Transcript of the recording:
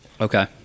Okay